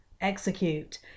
Execute